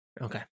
Okay